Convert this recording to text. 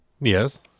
Yes